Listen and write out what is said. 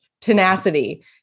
tenacity